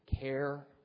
care